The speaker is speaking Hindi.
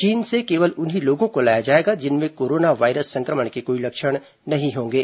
चीन से केवल उन्हीं लोगों को लाया जाएगा जिनमें कोरोना वायरस संक्रमण के कोई लक्षण नहीं होंगे